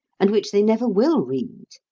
and which they never will read.